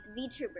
VTuber